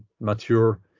mature